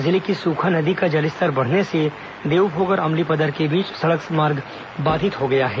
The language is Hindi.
जिले की सूखा नदी का जलस्तर बढ़ने से देवभोग और अमलीपदर के बीच सड़क मार्ग बाधित हो गया है